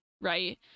right